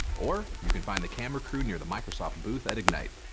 or you can find the camera crew near the microsoft booth at ignite.